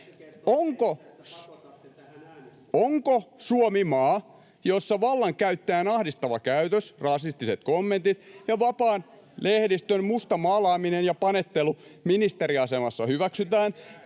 Onko Suomi maa, jossa vallankäyttäjän ahdistava käytös, rasistiset kommentit ja vapaan lehdistön mustamaalaaminen ja panettelu ministeriasemassa hyväksytään,